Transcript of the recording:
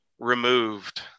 removed